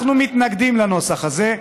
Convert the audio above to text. אנחנו מתנגדים לנוסח הזה,